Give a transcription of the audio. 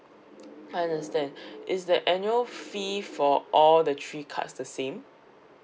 understand is the annual fee for all the three cards the same